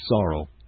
sorrow